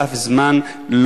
באף זמן,